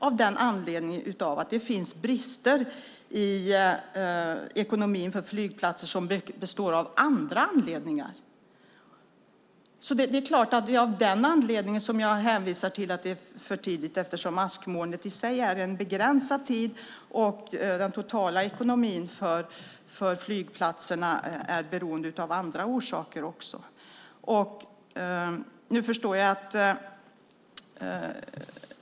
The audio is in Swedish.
Det finns andra orsaker än askmolnet till brister i ekonomin för flygplatser. Jag hänvisar därför till att det är för tidigt. Askmolnet handlar om en begränsad tid, och i den totala ekonomin för flygplatserna måste även annat vägas in.